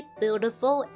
beautiful